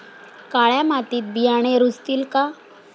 काळ्या मातीत बियाणे रुजतील का?